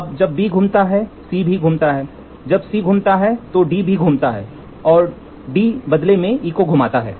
अब जब B घूमता है C भी घूमता है जब C घूमता है तो D भी घूमता है और D बदले में E को घुमाता है